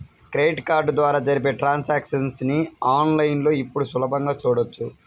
credit card ద్వారా జరిపే transactions ని ఆన్ లైన్ లో ఇప్పుడు సులభంగా చూడొచ్చు